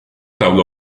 tabla